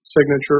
signature